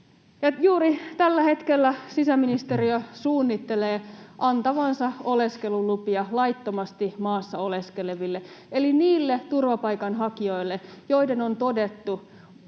juuri tällä hetkellä sisäministeriö suunnittelee antavansa oleskelulupia laittomasti maassa oleskeleville eli niille turvapaikanhakijoille, joista on todettu,